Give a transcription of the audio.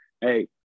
Hey